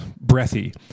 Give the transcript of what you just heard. breathy